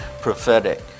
prophetic